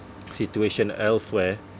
situation elsewhere